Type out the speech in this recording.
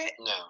no